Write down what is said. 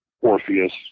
Orpheus